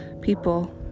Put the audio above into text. People